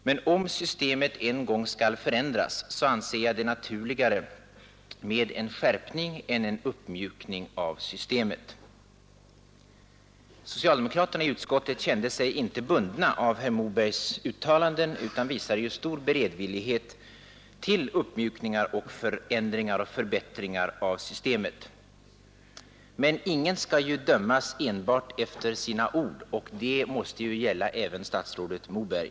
Men om systemet en gång skall förändras så anser jag det naturligare med en skärpning än er uppmjukning av systemet.” Socialdemokraterna i utskottet har emellertid inte känt sig bundna av herr Mobergs uttalande, utan de visade stor beredvillighet till uppmjukningar och förändringar och förbättringar av systemet. Men ingen skall dömas enbart efter sina ord — detta måste ju gälla även statsrådet Moberg.